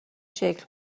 شکل